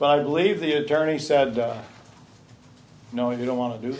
but i believe the attorney said no you don't want to do